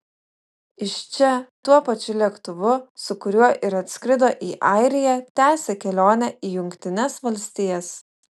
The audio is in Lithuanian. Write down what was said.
iš čia tuo pačiu lėktuvu su kuriuo ir atskrido į airiją tęsia kelionę į jungtines valstijas